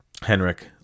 Henrik